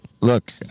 Look